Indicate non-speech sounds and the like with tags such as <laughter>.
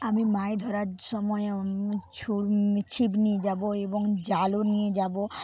আমি মাছ ধরার সময় <unintelligible> ছিপ নিয়ে যাবো এবং জালও নিয়ে যাবো